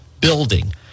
building